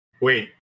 Wait